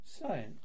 Science